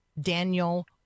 Daniel